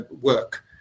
work